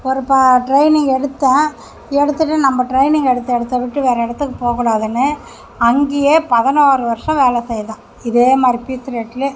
ஒரு ட்ரைனிங் எடுத்தேன் எடுத்துவிட்டு நம்ம ட்ரைனிங் ட்ரைனிங் எடுத்த இடத்தை விட்டு வேற இடத்துக்கு போக கூடாதுன்னு அங்கயே பதினோரு வருடம் வேலை செய்தேன் இதேமாதிரி பீஸ் ரேட்டில்